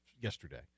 yesterday